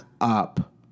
up